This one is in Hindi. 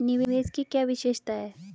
निवेश की क्या विशेषता है?